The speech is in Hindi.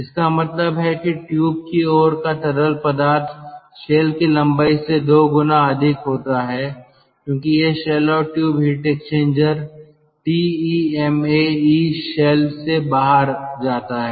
इसका मतलब है कि ट्यूब की ओर का तरल पदार्थ शेल की लंबाई से दो गुना अधिक होता है क्योंकि यह शेल और tube heat exchanger TEMA E shell से बाहर जाता है